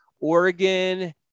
Oregon